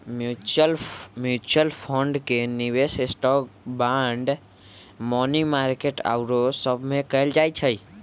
mutual fund के निवेश stock, bond, money market आउरो सभमें कएल जाइ छइ